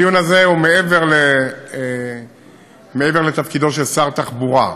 הדיון הזה הוא מעבר לתפקידו של שר תחבורה.